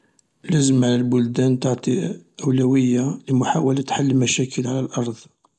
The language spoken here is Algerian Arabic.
يجب على البلدان ان تعطي الأولوية لحل المشاكل على الأرض.